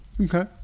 okay